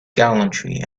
gallantry